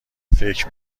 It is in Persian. فکر